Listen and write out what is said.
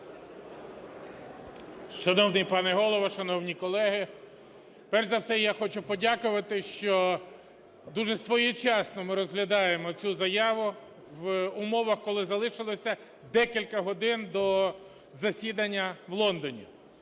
Шановний пане Голово, шановні колеги, перш за все я хочу подякувати, що дуже своєчасно ми розглядаємо цю заяву в умовах, коли залишилося декілька годин до засідання в Лондоні.